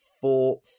four